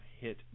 hit